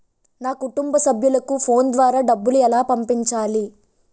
నా కుటుంబ సభ్యులకు ఫోన్ ద్వారా డబ్బులు ఎలా పంపించాలి?